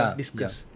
discuss